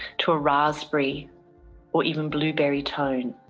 to a raspberry or even blueberry tone.